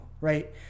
right